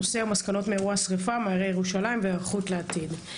הנושא הוא מסקנות מאירוע השריפה בהרי ירושלים והיערכות לעתיד.